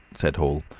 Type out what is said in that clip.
said hall.